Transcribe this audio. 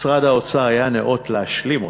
משרד האוצר היה ניאות להשלים אותו.